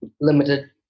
limited